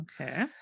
okay